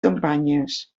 campanyes